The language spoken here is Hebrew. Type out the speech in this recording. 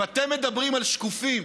אם אתם מדברים על שקופים,